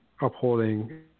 upholding